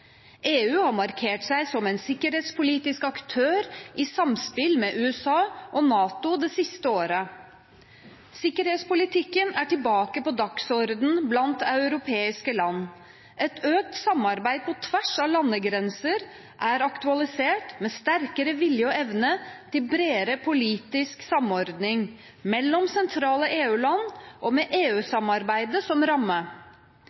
EU har markert seg som en sikkerhetspolitisk aktør i samspill med USA og NATO det siste året. Sikkerhetspolitikken er tilbake på dagsordenen blant europeiske land. Et økt samarbeid på tvers av landegrenser er aktualisert med sterkere vilje og evne til bredere politisk samordning mellom sentrale EU-land og med